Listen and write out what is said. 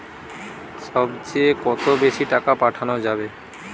সব চেয়ে কত বেশি টাকা পাঠানো যাবে?